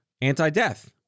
Anti-death